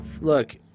look